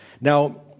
Now